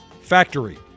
factory